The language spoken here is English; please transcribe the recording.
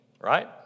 right